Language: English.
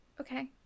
okay